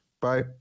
Bye